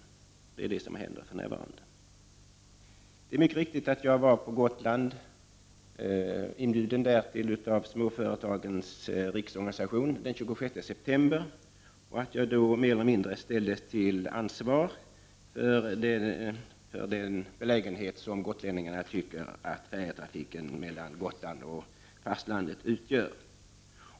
Det är vad som händer för närvarande. Det är mycket riktigt att jag var på Gotland, därtill inbjuden av Småföretagens riksorganisation, den 26 september och att jag då mer eller mindre ställdes till ansvar för den belägenhet som gotlänningarna tycker att färjetrafiken mellan Gotland och fastlandet utgör.